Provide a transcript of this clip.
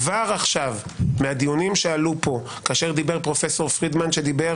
כבר עכשיו מהדיונים שעלו פה כאשר דיבר פרופ' פרידמן שדיבר